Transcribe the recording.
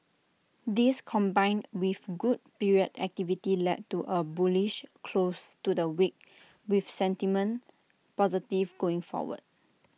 this combined with good period activity led to A bullish close to the week with sentiment positive going forward